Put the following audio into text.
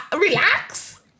relax